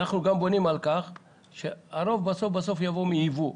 אנחנו בונים על כך שהרוב יבוא מייבוא.